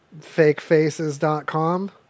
fakefaces.com